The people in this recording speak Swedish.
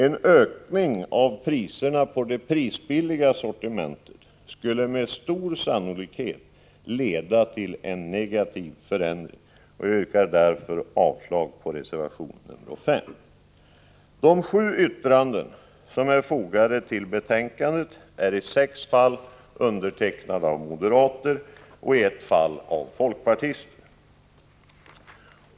En ökning av priserna på det prisbilliga sortimentet skulle med stor sannolikhet leda till en negativ förändring. Jag yrkar därför avslag på reservation nr 5. De sju yttranden som är fogade till betänkandet är i sex fall avgivna av moderater och i ett fall av folkpartister.